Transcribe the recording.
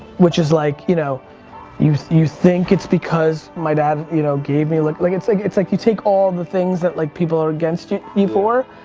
which is like, you know you you think it's because my dad you know gave me, like like it's like like you take all the things that like people are against you you for.